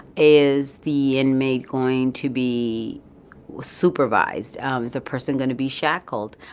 is the inmate going to be supervised? is the person going to be shackled?